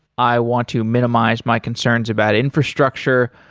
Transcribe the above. i want to minimize my concerns about infrastructure.